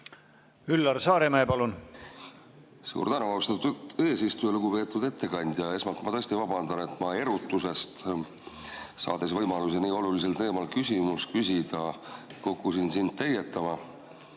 Üllar Saaremäe, palun!